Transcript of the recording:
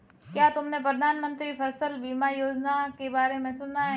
क्या तुमने प्रधानमंत्री फसल बीमा योजना के बारे में सुना?